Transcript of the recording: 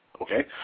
okay